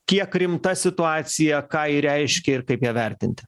kiek rimta situacija ką ji reiškia ir kaip ją vertinti